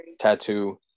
tattoo